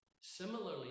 Similarly